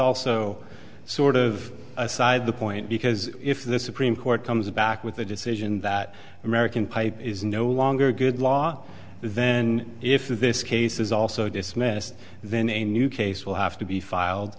also sort of aside the point because if this supreme court comes back with a decision that american pipe is no longer a good law then if this case is also dismissed then a new case will have to be filed